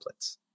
templates